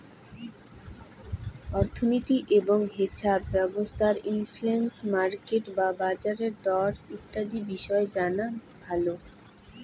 অর্থনীতি এবং হেছাপ ব্যবস্থার ইনফ্লেশন, মার্কেট বা বাজারের দর ইত্যাদি বিষয় জানা ভালো